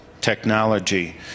technology